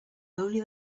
only